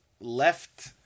left